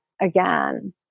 again